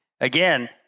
again